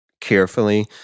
carefully